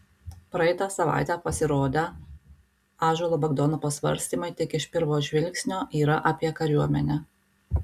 praeitą savaitę pasirodę ąžuolo bagdono pasvarstymai tik iš pirmo žvilgsnio yra apie kariuomenę